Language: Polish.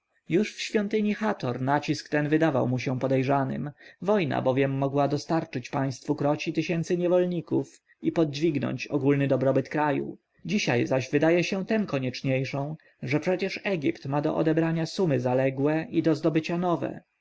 już w świątyni hator nacisk ten wydawał mu się podejrzanym wojna bowiem mogła dostarczyć państwu kroci tysięcy niewolników i podźwignąć ogólny dobrobyt kraju dzisiaj zaś wydaje się tem konieczniejszą że przecież egipt ma do odebrania sumy zaległe i do zdobycia nowe